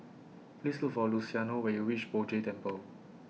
Please Look For Luciano when YOU REACH Poh Jay Temple